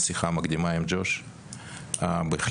כמובן שהיתה לי אתמול שיחה מקדימה עם מר ג'וש שוורץ ובהחלט,